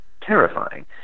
terrifying